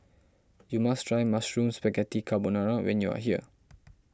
you must try Mushroom Spaghetti Carbonara when you are here